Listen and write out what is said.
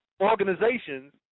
Organizations